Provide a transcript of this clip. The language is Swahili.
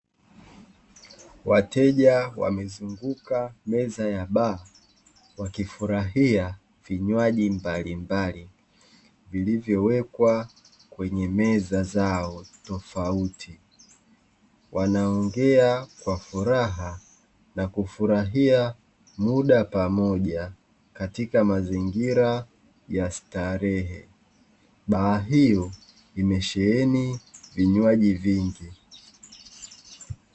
Wateja wamezunguka meza ya baa, wakifurahia vinywaji mbalimbali vilivyowekwa kwenye meza zao tofauti, wanaongea kwa furaha na kufurahia muda pamoja katika mazingira ya starehe. Baa hiyo imesheheni vinywaji vingi.